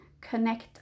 Connect